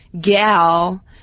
gal